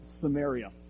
Samaria